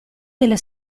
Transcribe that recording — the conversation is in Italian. della